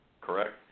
Correct